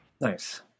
Nice